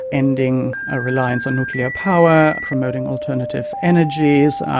ending a reliance on nuclear power, promoting alternative energies,